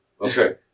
okay